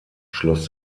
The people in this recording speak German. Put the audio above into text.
schloss